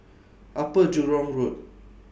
Upper Jurong Road